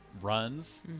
runs